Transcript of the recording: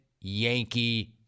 Yankee